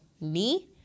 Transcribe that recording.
knee